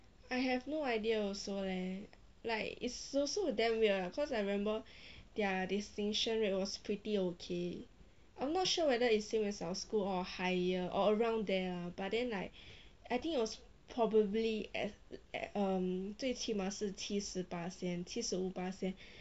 I have no idea also leh like it's also uh damn weird lah cause I remember their distinction rate was pretty okay I'm not sure whether it's same as our school or higher or around there lah but then like I think it was probably as at um 最起码是七十巴仙七十五巴仙